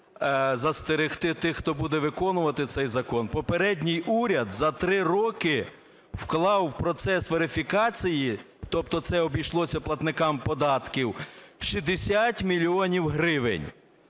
застерегти тих, хто буде виконувати цей закон. Попередній уряд за три роки вклав у процес верифікації, тобто це обійшлося платникам податків в 60 мільйонів гривень.